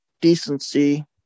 decency